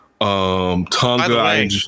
Tonga